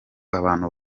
abantu